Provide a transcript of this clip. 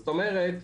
זאת אומרת,